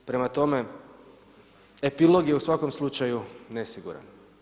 Prema tome, epilog je u svakom slučaju nesiguran.